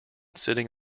sitting